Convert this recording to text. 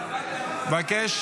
--- היוזם רוצה